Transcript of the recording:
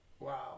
Wow